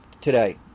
today